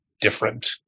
different